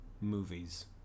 movies